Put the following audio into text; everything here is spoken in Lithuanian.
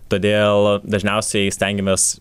todėl dažniausiai stengiamės